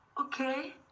Okay